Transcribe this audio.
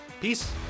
Peace